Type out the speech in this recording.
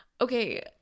Okay